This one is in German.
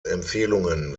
empfehlungen